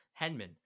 henman